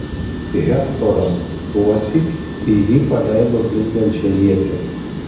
hektoras tuosyk į jį paleido blizgančią ietį